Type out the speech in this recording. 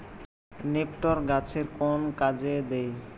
নিপটর গাছের কোন কাজে দেয়?